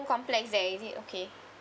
complex there is it okay